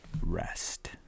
Rest